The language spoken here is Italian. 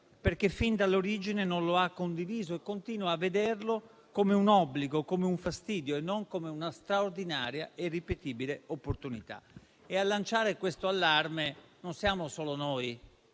perché fin dall'origine non lo ha condiviso e continua a vederlo come un obbligo, come un fastidio e non come una straordinaria e irripetibile opportunità. A lanciare questo allarme siamo non solo noi,